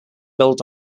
built